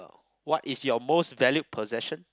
what is your most valued possession